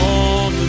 on